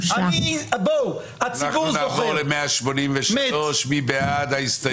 נצביע על הסתייגות 183. מי בעד?